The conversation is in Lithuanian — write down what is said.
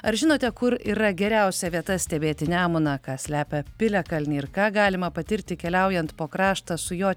ar žinote kur yra geriausia vieta stebėti nemuną ką slepia piliakalniai ir ką galima patirti keliaujant po kraštą su juo